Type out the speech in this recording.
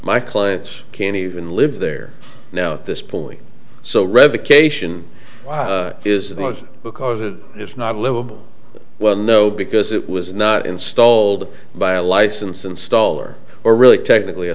my clients can't even live there now at this point so revocation is the most because it is not livable well no because it was not installed by a licensed installer or really technically a